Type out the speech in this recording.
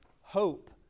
hope